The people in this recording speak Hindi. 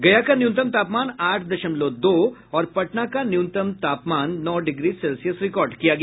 गया का न्यूनतम तापमान आठ दशमलव दो और पटना का न्यूनतम तापमान नौ डिग्री सेल्सियस रिकॉर्ड किया गया